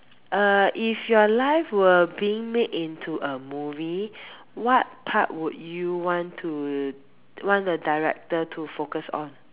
uh if your life were being made into a movie what part would you want to want the director to focus on